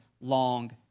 long